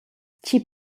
tgi